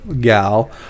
gal